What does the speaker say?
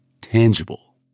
tangible